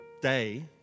day